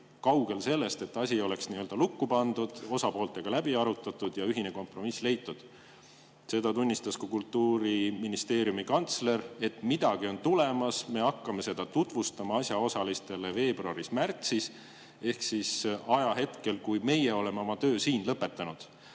Kaugel sellest, et asi oleks nii-öelda lukku pandud, osapooltega läbi arutatud ja kompromiss leitud. Ka Kultuuriministeeriumi kantsler tunnistas, et midagi on tulemas ja nad hakkavad seda tutvustama asjaosalistele veebruaris-märtsis ehk ajahetkel, kui meie oleme oma töö siin lõpetanud.